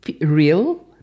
real